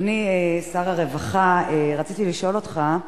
אדוני שר הרווחה, רציתי לשאול אותך: